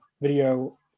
video